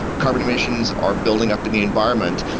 carbon emissions are building up in the environment,